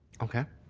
okay.